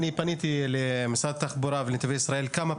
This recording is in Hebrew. אני פניתי למשרד התחבורה ונתיבי ישראל כמה פעמים.